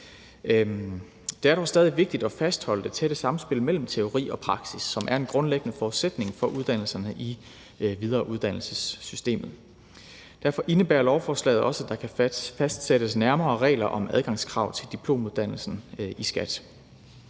Det er dog stadig vigtigt at fastholde det tætte samspil mellem teori og praksis, som er en grundlæggende forudsætning for uddannelserne i videreuddannelsessystemet. Derfor indebærer lovforslaget også, at der kan fastsættes nærmere regler om adgangskrav til diplomuddannelsen i skat.